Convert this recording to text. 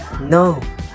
No